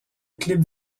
clip